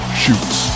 shoots